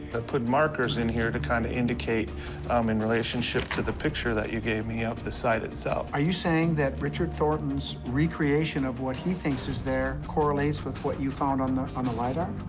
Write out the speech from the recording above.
put markers in here to kind of indicate um in relationship to the picture that you gave me of the site itself. are you saying that richard thornton's re-creation of what he thinks is there correlates with what you found on the on the lidar?